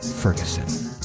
ferguson